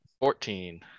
Fourteen